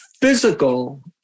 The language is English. physical